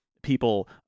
people